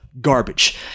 Garbage